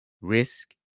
risk